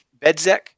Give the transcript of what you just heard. Bedzek